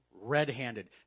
red-handed